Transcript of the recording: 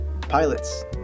Pilots